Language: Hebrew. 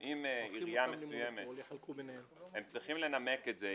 הם צריכים לנמק את זה.